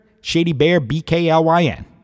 ShadyBearBKLYN